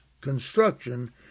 construction